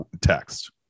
text